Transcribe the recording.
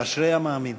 אשרי המאמין.